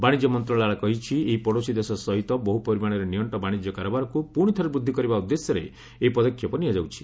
ବାଣିଜ୍ୟ ମନ୍ତ୍ରଣାଳୟ କହିଛି ଏହି ପଡ଼ୋଶୀ ଦେଶ ସହିତ ବହ୍ର ପରିମାଣରେ ନିଅକ୍କ ବାଣିଜ୍ୟ କାରବାରକୁ ପୁଣି ଥରେ ବୃଦ୍ଧି କରିବା ଉଦ୍ଦେଶ୍ୟରେ ଏହି ପଦକ୍ଷେପ ନିଆଯାଉଛି